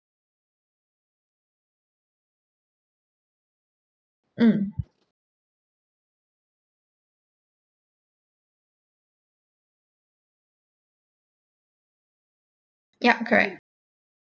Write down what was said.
mm yup correct